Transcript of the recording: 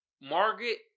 Margaret